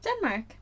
Denmark